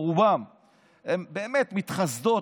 רובן הן באמת מתחסדות,